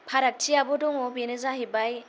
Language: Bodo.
फारागथियाबो दङ बेनो जाहैबाय